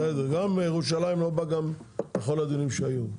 בסדר, מירושלים לא בא גם בכל הדיונים שהיו.